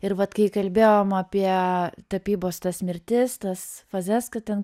ir vat kai kalbėjom apie tapybos tas mirtis tas fazes kad ten